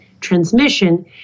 transmission